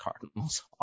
Cardinals